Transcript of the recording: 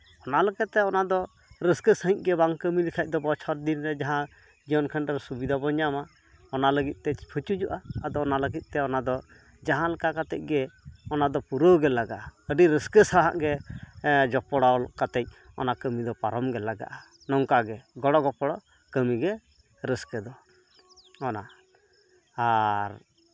ᱚᱱᱟ ᱞᱮᱠᱟᱛᱮ ᱚᱱᱟᱫᱚ ᱨᱟᱹᱥᱠᱟᱹ ᱥᱟᱺᱦᱤᱡ ᱜᱮ ᱵᱟᱝ ᱠᱟᱹᱢᱤ ᱞᱮᱠᱷᱟᱱ ᱫᱚ ᱵᱚᱪᱷᱚᱨ ᱫᱤᱱᱨᱮ ᱡᱟᱦᱟᱸ ᱡᱤᱭᱚᱱ ᱠᱷᱟᱱᱰᱟᱣ ᱨᱮ ᱥᱩᱵᱤᱫᱷᱟ ᱵᱚᱱ ᱧᱟᱢᱟ ᱚᱱᱟ ᱞᱟᱹᱜᱤᱫ ᱛᱮ ᱯᱩᱪᱩᱡᱚᱜᱼᱟ ᱟᱫᱚ ᱚᱱᱟ ᱞᱟᱹᱜᱤᱫ ᱛᱮ ᱚᱱᱟᱫᱚ ᱡᱟᱦᱟᱸ ᱞᱮᱠᱟ ᱠᱟᱛᱮᱫ ᱜᱮ ᱚᱱᱟᱫᱚ ᱯᱩᱨᱟᱹᱣ ᱜᱮ ᱞᱟᱜᱟᱜᱼᱟ ᱟᱹᱰᱤ ᱨᱟᱹᱥᱠᱟᱹ ᱥᱟᱞᱟᱜ ᱜᱮ ᱡᱚᱯᱲᱟᱣ ᱠᱟᱛᱮᱫ ᱚᱱᱟ ᱠᱟᱹᱢᱤ ᱫᱚ ᱯᱟᱨᱚᱢᱜᱮ ᱞᱟᱜᱟᱜᱼᱟ ᱱᱚᱝᱠᱟᱜᱮ ᱜᱚᱲᱚ ᱜᱚᱯᱲᱚ ᱠᱟᱹᱢᱤᱜᱮ ᱨᱟᱹᱥᱠᱟᱹ ᱫᱚ ᱟᱨ